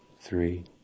Three